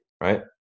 right